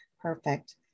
Perfect